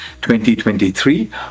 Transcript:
2023